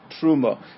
Truma